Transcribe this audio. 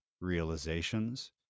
realizations